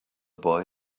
boy